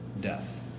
Death